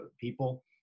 people